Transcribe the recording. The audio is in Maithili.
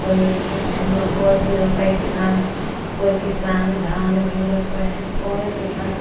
कोइ किछुमे कोइ भी रोपै किसान कोइ किसान धान भी रोपै हइ कोनो किसान